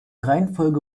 reihenfolge